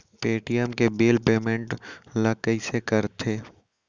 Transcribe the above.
Paytm के bill payment ल कइसे करथे?